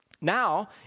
Now